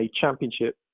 championship